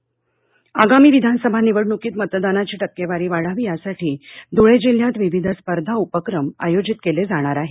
निवडणक आगामी विधानसभा निवडणूकीत मतदानाची टक्केवारी वाढावी यासाठी धुळे जिल्ह्यात विविध स्पर्धा उपक्रम आयोजित केले जाणार आहेत